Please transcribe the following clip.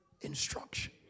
instruction